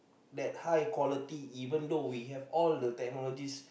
that high quality even though we have all the technologies